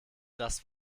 das